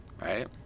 Right